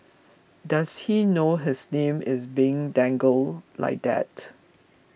does he know his name is being dangled like that